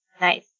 Nice